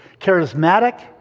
Charismatic